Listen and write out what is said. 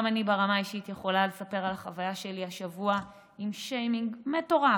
גם אני ברמה האישית יכולה לספר על החוויה שלי השבוע עם שיימינג מטורף.